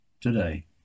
today